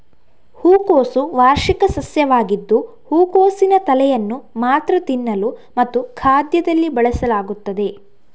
ಹೂಕೋಸು ವಾರ್ಷಿಕ ಸಸ್ಯವಾಗಿದ್ದು ಹೂಕೋಸಿನ ತಲೆಯನ್ನು ಮಾತ್ರ ತಿನ್ನಲು ಮತ್ತು ಖಾದ್ಯದಲ್ಲಿ ಬಳಸಲಾಗುತ್ತದೆ